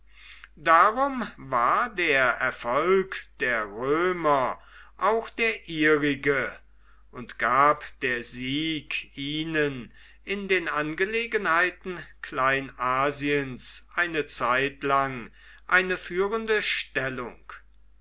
darum war der erfolg der römer auch der ihrige und gab der sieg ihnen in den angelegenheiten kleinasiens eine zeitlang eine führende stellung